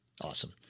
Awesome